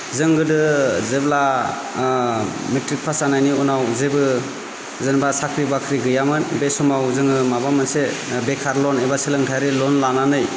जों गोदो जेब्ला मेट्रिक पास जानायनि उनाव जेबो जेनेबा साख्रि बाख्रि गैयामोन बे समाव जोङो माबा मोनसे बेखार लन एबा सोलोंथाइयारि लन लानानै